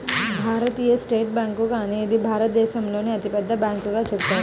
భారతీయ state bank అనేది భారతదేశంలోనే అతిపెద్ద బ్యాంకుగా చెబుతారు